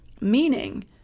Meaning